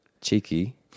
Cheeky